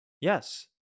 Yes